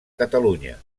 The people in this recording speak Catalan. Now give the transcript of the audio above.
catalunya